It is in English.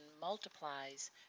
multiplies